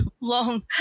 long